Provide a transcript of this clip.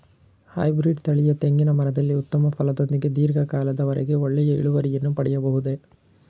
Hybrid ತಳಿಯ ತೆಂಗಿನ ಮರದಲ್ಲಿ ಉತ್ತಮ ಫಲದೊಂದಿಗೆ ಧೀರ್ಘ ಕಾಲದ ವರೆಗೆ ಒಳ್ಳೆಯ ಇಳುವರಿಯನ್ನು ಪಡೆಯಬಹುದೇ?